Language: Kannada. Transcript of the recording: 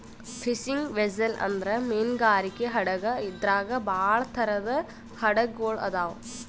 ಫಿಶಿಂಗ್ ವೆಸ್ಸೆಲ್ ಅಂದ್ರ ಮೀನ್ಗಾರಿಕೆ ಹಡಗ್ ಇದ್ರಾಗ್ ಭಾಳ್ ಥರದ್ ಹಡಗ್ ಗೊಳ್ ಅದಾವ್